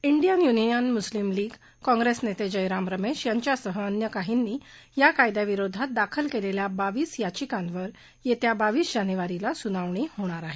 Indian Union Muslim League Congress नेते जयराम रमेश यांच्यासह अन्य काहींनी या कायद्याविरोधात दाखल केलेल्या बावीस याचिकांवर येत्या बावीस जानेवारीला सुनावणी होणार आहे